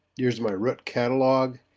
here's my root catalog,